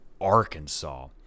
Arkansas